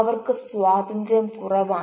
അവർക്ക് സ്വാതന്ത്ര്യം കുറവാണ്